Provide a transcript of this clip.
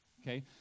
okay